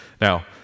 Now